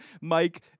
Mike